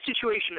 situation